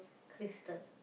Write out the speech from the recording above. Crystal